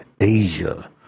Asia